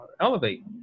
elevate